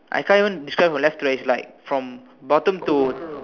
I can't even describe a left to right is like bottom to